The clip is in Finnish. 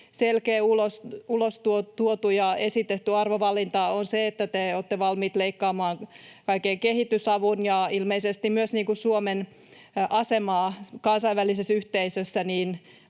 selkeä, ulostuotu ja esitetty arvovalintanne on se, että te olette valmiit leikkaamaan kaiken kehitysavun, ja ilmeisesti myös Suomen asemaa kansainvälisessä yhteisössä